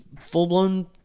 full-blown